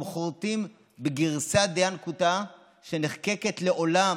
הם חורטים גרסא דינקותא, שנחקקת לעולם